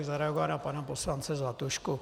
Zareagoval bych na pana poslance Zlatušku.